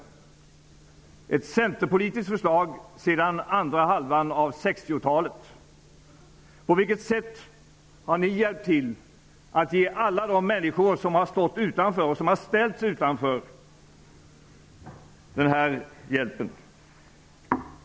Det är ett centerpolitiskt förslag sedan andra halvan av 60-talet. På vilket sätt har ni medverkat till att ge alla de människor som stått utanför -- som ställts utanför -- den hjälp som detta nu innebär?